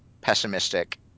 pessimistic